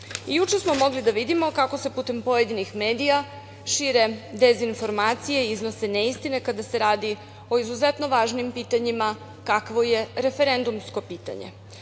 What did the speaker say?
smo mogli da vidimo kako se putem pojedinih medija šire dezinformacije i iznose neistine kada se radi o izuzetno važnim pitanjima, kakvo je referendumsko pitanje.